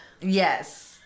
Yes